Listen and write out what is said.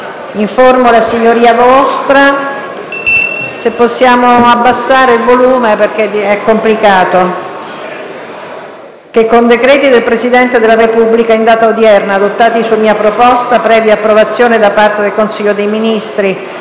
informo la S.V.» – (Brusio) abbassiamo il volume altrimenti ecomplicato – «che con decreti del Presidente della Repubblica in data odierna, adottati su mia proposta, previa approvazione da parte del Consiglio dei Ministri,